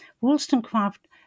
Wollstonecraft